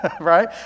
right